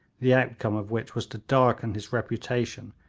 the outcome of which was to darken his reputation,